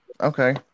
okay